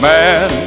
man